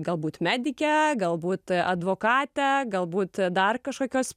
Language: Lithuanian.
galbūt medike galbūt advokate galbūt dar kažkokios